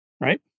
right